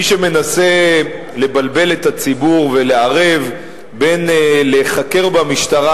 מי שמנסה לבלבל את הציבור ולערב בין להיחקר במשטרה